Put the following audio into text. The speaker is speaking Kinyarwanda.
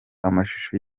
amashusho